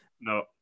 No